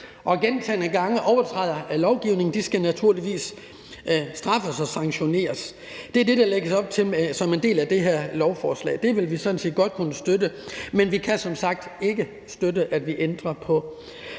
og gentagne gange overtræder lovgivningen, skal naturligvis straffes og sanktioneres. Det er det, der lægges op til som en del af det her lovforslag. Det vil vi sådan set godt kunne støtte, men vi kan som sagt ikke støtte, at vi ændrer på